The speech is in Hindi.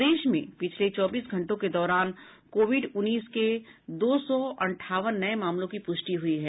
प्रदेश में पिछले चौबीस घंटों के दौरान कोविड उन्नीस के दो सौ अंठावन नये मामलों की पुष्टि हुई है